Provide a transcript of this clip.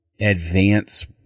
advance